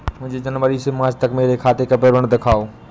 मुझे जनवरी से मार्च तक मेरे खाते का विवरण दिखाओ?